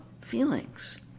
feelings